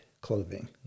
clothing